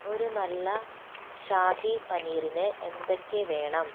ഒരു നല്ല ഷാഹി പനീറിന് എന്തൊക്കെ വേണം